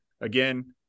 Again